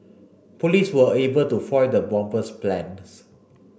police were able to foil the bomber's plans